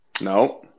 No